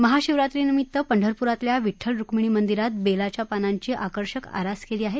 महाशिवरात्रीनिमित्त पंढरपुरातल्या विठ्ठल रुक्मिणी मंदिरात बेलाच्या पानांची आकर्षक आरास केली आहे